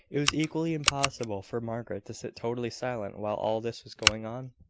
it was equally impossible for margaret to sit totally silent while all this was going on,